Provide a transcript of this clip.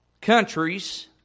countries